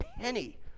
penny